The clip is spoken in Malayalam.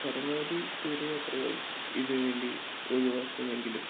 പരമാവധി ദൂരയാത്രകൾ ഇതിനുവേണ്ടി ഒഴിവാക്കുമെങ്കിലും